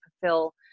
fulfill